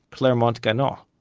clermont-ganneau.